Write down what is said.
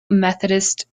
methodist